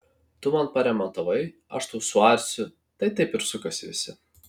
tu man paremontavai aš tau suarsiu tai taip ir sukasi visi